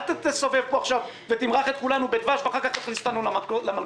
אל תסובב פה עכשיו ותמרח את כולנו בדבש ואחר כך תכניס אותנו למלכודת.